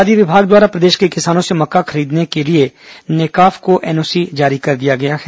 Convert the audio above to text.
खाद्य विभाग द्वारा प्रदेश के किसानों से मक्का खरीदने के लिए नेकॉफ को एनओसी जारी कर दिया गया है